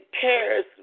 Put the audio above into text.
cares